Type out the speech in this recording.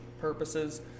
purposes